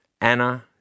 Anna